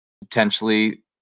potentially